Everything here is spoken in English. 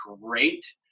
great